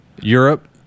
Europe